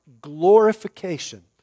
glorification